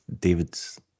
David's